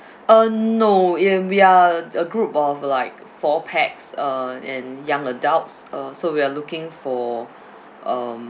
uh no and we are uh a group of like four pax uh and young adults uh so we are looking for um